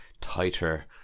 tighter